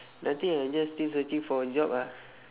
nothing I just still searching for a job ah